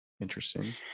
Interesting